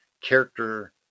character